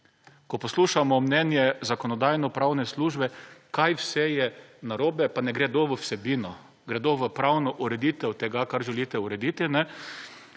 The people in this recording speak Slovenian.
Ko poslušamo mnenje Zakonodajno-pravne službe, kaj vse je narobe, pa ne gredo v vsebino, gredo v pravno ureditev tega, kar želite urediti,